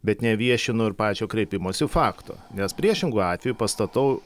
bet neviešinu ir pačio kreipimosi fakto nes priešingu atveju pastatau